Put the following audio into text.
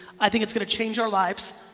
i think it's gonna change our lives.